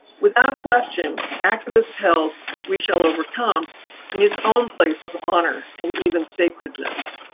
without question, activists held we shall overcome in it's own place of honor and even sacredness.